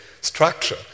structure